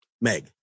Meg